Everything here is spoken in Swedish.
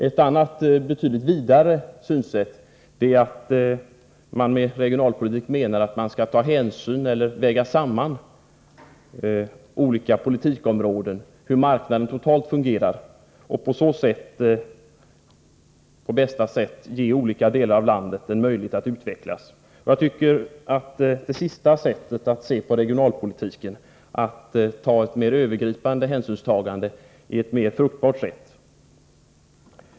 Ett annat och betydligt vidare synsätt är att man med regionalpolitik menar att man skall väga samman olika politikområden, ta hänsyn till hur marknaden totalt fungerar, och på bästa sätt ge olika delar av landet en möjlighet att utvecklas. Jag tycker att det sistnämnda sättet att se på regionalpolitiken — att ta mer övergripande hänsyn — är mer fruktbart.